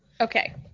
Okay